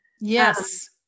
Yes